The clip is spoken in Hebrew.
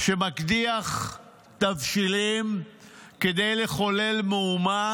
מקדיח תבשילים כדי לחולל מהומה.